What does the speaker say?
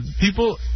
people